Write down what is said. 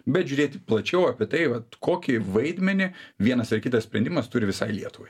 bet žiūrėti plačiau apie tai vat kokį vaidmenį vienas ar kitas sprendimas turi visai lietuvai